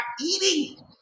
eating